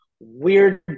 weird